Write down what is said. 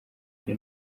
the